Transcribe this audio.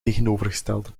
tegenovergestelde